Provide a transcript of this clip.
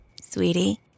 Sweetie